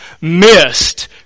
missed